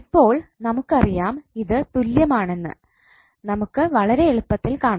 ഇപ്പോൾ നമുക്കറിയാം ഇത് തുല്യമാണെന്ന് നമുക്ക് വളരെ എളുപ്പത്തിൽ കാണിക്കാം